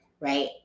right